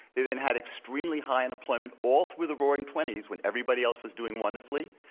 they then had extremely high unemployment all through the roaring twenty s when everybody else was doing wonderfully.